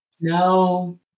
no